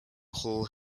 hall